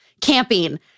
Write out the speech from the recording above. camping